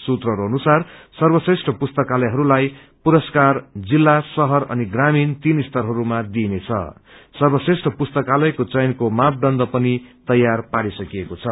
सूत्रहरू अनुसार सर्वश्रेष्ठ पस्तकालयहरूलाई पुरस्कार जिल्ला शहर अनि ग्रामीण तीन स्तरहरूमा दिइनेछं सर्वश्रेष्ठ पुस्तकलयहरूको चयनको मापदण्ड पनि तैयार पारिसकिएको छ